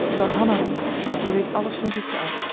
ik zal hanna roepen die weet alles van ziekte af